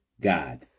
God